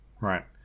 Right